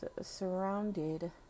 Surrounded